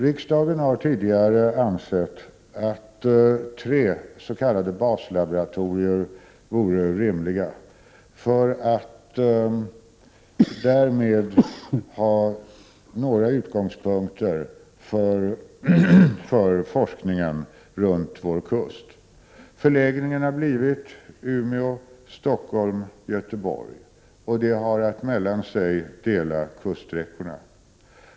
Riksdagen har tidigare ansett att det vore rimligt med tre s.k. baslaboratorier för att man därmed skulle ha några utgångspunkter för forskningen runt vår kust. Förläggningarna har blivit till Umeå, Stockholm och Göteborg. Dessa har att mellan sig dela kuststräckorna.